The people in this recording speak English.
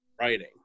writing